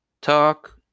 talk